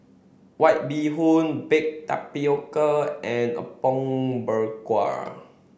White Bee Hoon Baked Tapioca and Apom Berkuah